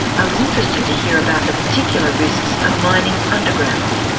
i was interested to hear about the particular risks of mining underground.